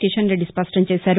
కిషన్ రెడ్డి స్పష్టం చేశారు